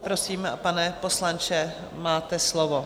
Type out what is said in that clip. Prosím, pane poslanče, máte slovo.